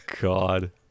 god